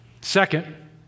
Second